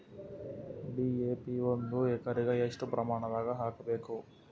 DAP ಒಂದು ಎಕರಿಗ ಎಷ್ಟ ಪ್ರಮಾಣದಾಗ ಹಾಕಬೇಕು?